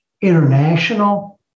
international